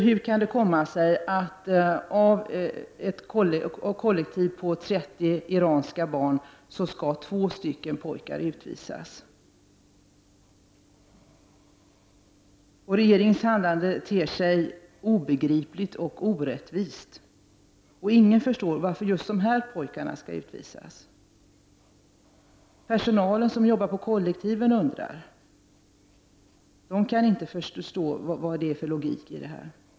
Hur kan det komma sig att två iranska pojkar skall utvisas i ett kollektiv på 30 iranska barn? Regeringens handlande ter sig obegripligt och orättvist. Ingen förstår varför just dessa pojkar skall utvisas. Personalen på kollektiven undrar och kan inte förstå logiken i detta.